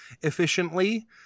efficiently